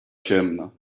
ciemna